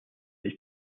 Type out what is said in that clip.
was